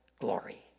glory